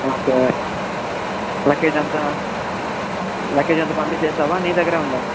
okay luggage అంతా luggage అంతా పంపించేసావా నీ దగ్గరే ఉందా